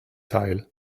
teil